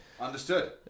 Understood